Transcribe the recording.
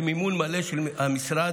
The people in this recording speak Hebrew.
במימון מלא של המשרד,